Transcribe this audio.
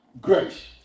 Grace